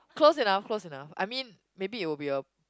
close enough close enough I mean maybe it will be a